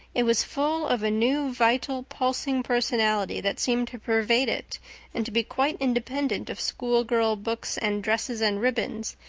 it was full of a new vital, pulsing personality that seemed to pervade it and to be quite independent of schoolgirl books and dresses and ribbons,